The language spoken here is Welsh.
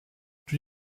dwi